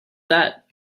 that